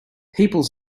people